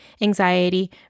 anxiety